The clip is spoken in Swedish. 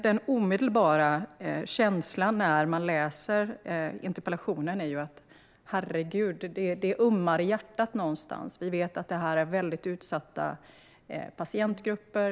Den omedelbara känslan när man läser interpellationen är: Men herregud! Det ömmar i hjärtat. Vi vet att det handlar om utsatta patientgrupper.